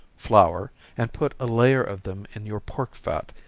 flour, and put a layer of them in your pork fat,